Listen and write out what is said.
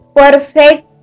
perfect